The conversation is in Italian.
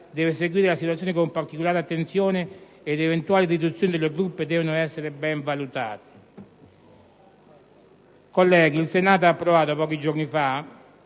deve seguire la situazione con particolare attenzione ed eventuali riduzioni delle truppe devono essere ben valutate. Colleghi, il Senato ha approvato pochi giorni fa